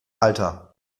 alter